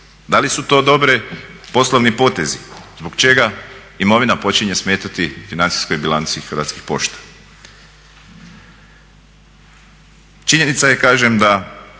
Da li su to dobri poslovni potezi zbog čega imovina počinje smetati financijskoj bilanci Hrvatskih pošta? Činjenica je kažem da